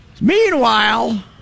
Meanwhile